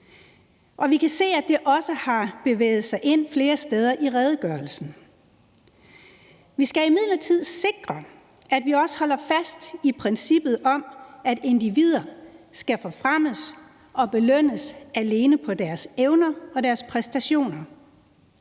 og vi kan se, at det også har bevæget sig ind flere steder i redegørelsen. Vi skal imidlertid sikre, at vi også holder fast i princippet om, at individer skal forfremmes og belønnes alene på deres evner og deres præstationer,